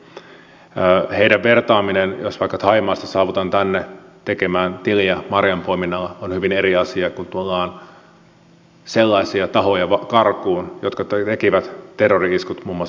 jos verrataan heitä siihen että vaikka thaimaasta saavutaan tänne tekemään tiliä marjanpoiminnalla se on hyvin eri asia kuin se kun tullaan sellaisia tahoja karkuun jotka tekivät terrori iskut muun muassa pariisissa